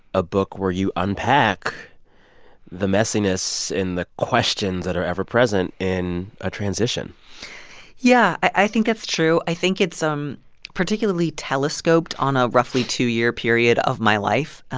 a book where you unpack the messiness in the questions that are ever present in a transition yeah, i think that's true. i think it's particularly telescoped on a roughly two-year period of my life.